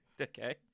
Okay